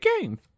game